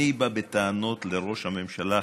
אני בא בטענות לראש הממשלה.